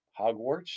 Hogwarts